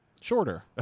Shorter